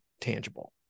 tangible